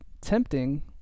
tempting